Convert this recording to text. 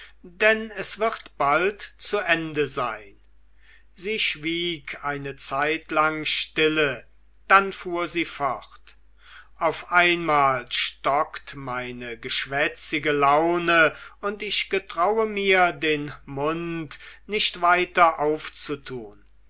denn es wird bald zu ende sein sie schwieg eine zeitlang stille dann fuhr sie fort auf einmal stockt meine geschwätzige laune und ich getraue mir den mund nicht weiter aufzutun